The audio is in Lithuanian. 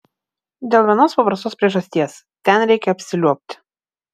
dėl vienos paprastos priežasties ten reikia apsiliuobti